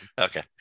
Okay